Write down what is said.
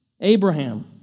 Abraham